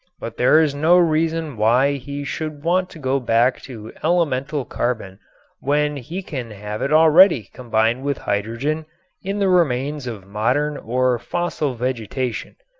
but there is no reason why he should want to go back to elemental carbon when he can have it already combined with hydrogen in the remains of modern or fossil vegetation.